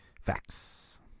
Facts